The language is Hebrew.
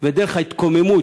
ודרך ההתקוממות,